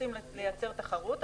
רוצים לייצר תחרות,